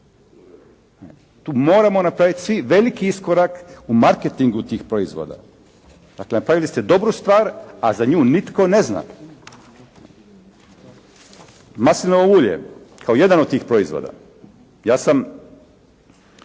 Tu moramo napraviti svi veliki iskorak u marketingu tih proizvoda. Dakle napravili ste dobru stvar, a za nju nitko ne zna. Maslinovo ulje kao jedan od tih proizvoda, ja sam